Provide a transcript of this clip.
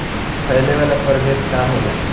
फैले वाला प्रभेद का होला?